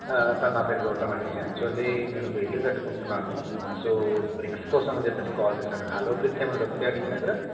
sir నా పేరు గౌతమ్ అండి యాక్చువల్లీ నేను ఒక ఇల్లు కట్టుకుంటున్నాను సో బ్రిక్స్ కోసం అని చెప్పి కాల్ చేసాను హలో బ్రిక్స్ ఏమన్న దొరుకుతాయా అండి మీ దగ్గర